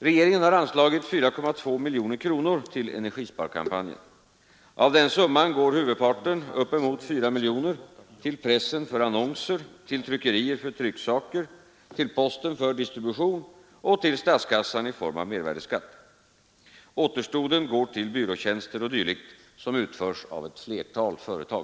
Regeringen har anslagit 4,2 miljoner kronor till energisparkampanjen. Av denna summa går huvudparten, upp emot 4 miljoner, till pressen för annonser, till tryckerier för trycksaker, till posten för distribution och till statskassan i form av mervärdeskatt. Återstoden går till byråtjänster och dylikt, som utförs av ett flertal företag.